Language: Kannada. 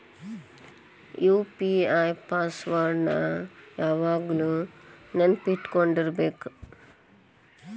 ಯು.ಪಿ.ಐ ಪಾಸ್ ವರ್ಡ್ ನ ಯಾವಾಗ್ಲು ನೆನ್ಪಿಟ್ಕೊಂಡಿರ್ಬೇಕು